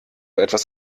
etwas